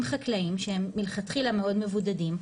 חקלאיים שהם מלכתחילה מאוד מבודדים,